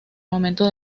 momento